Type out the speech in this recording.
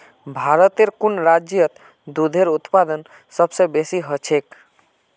भारतेर कुन राज्यत दूधेर उत्पादन सबस बेसी ह छेक